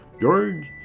George